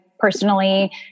personally